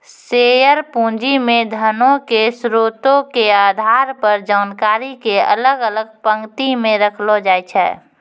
share पूंजी मे धनो के स्रोतो के आधार पर जानकारी के अलग अलग पंक्ति मे रखलो जाय छै